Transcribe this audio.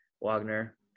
Wagner